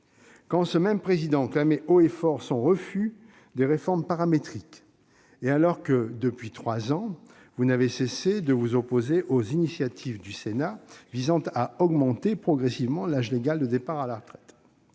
quand ce même président clamait haut et fort son refus des réformes paramétriques et quand, depuis trois ans, vous n'avez cessé de vous opposer aux initiatives du Sénat visant à augmenter progressivement l'âge légal de départ à la retraite ?